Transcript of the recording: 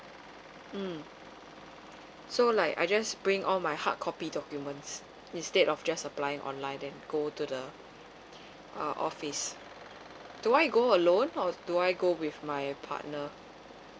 mm so like I just bring all my hard copy documents instead of just apply online then go to the uh office do I go alone or do I go with my partner